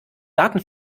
garten